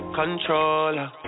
controller